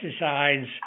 pesticides